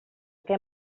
què